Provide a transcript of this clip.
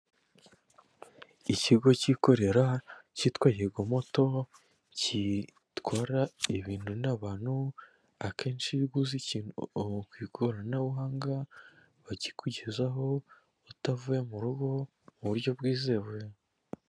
Ikigo cyikorera cyitwa higo moto gitwara ibintu n'abantu akenshi iyo uguze ikintu ku ikoranabuhanga bakikugezaho utavuye mu rugo mu buryo bwizewe.